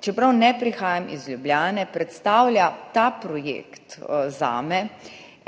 Čeprav ne prihajam iz Ljubljane, predstavlja ta projekt zame